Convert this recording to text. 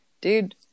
dude